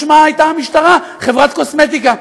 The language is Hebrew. משמע הייתה המשטרה חברת קוסמטיקה.